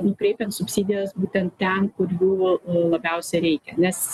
nukreipiant subsidijas būtent ten kur jų labiausiai reikia nes